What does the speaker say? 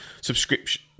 subscription